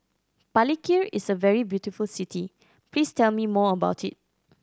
Palikir is a very beautiful city please tell me more about it